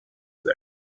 said